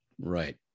right